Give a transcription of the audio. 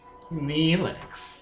Neelix